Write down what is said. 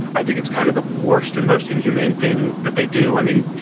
i think it's kind of the worst and most inhumane thing that they do. i mean,